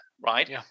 right